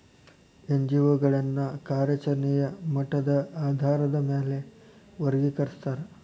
NGO ಗಳನ್ನ ಕಾರ್ಯಚರೆಣೆಯ ಮಟ್ಟದ ಆಧಾರಾದ್ ಮ್ಯಾಲೆ ವರ್ಗಿಕರಸ್ತಾರ